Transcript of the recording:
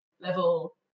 level